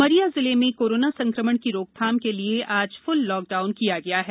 उमरिया जिले में कोरोना संक्रमण की रोकथाम के लिए आज फूल लॉकडाउन किया गया है